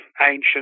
ancient